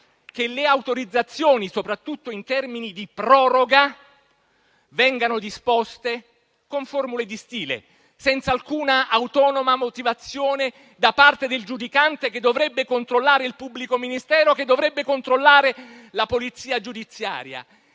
che le autorizzazioni, soprattutto in termini di proroga, vengano disposte con formule di stile, senza alcuna autonoma motivazione da parte del giudicante che dovrebbe controllare il pubblico ministero, che dovrebbe controllare la polizia giudiziaria.